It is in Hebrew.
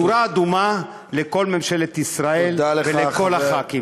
נורה אדומה לכל ממשלת ישראל ולכל חברי הכנסת.